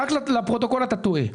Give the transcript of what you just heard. לפרוטוקול, אתה טועה.